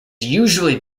usually